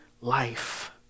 life